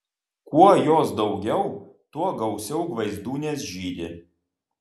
kuo jos daugiau tuo gausiau gvaizdūnės žydi